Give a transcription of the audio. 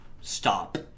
stop